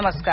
नमस्कार